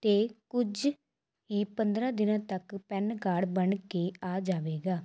ਅਤੇ ਕੁਝ ਹੀ ਪੰਦਰ੍ਹਾਂ ਦਿਨਾਂ ਤੱਕ ਪੈਨ ਕਾਰਡ ਬਣ ਕੇ ਆ ਜਾਵੇਗਾ